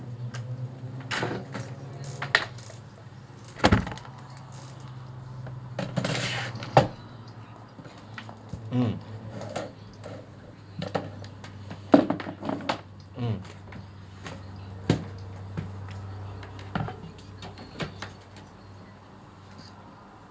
um um